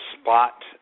spot